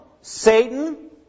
Satan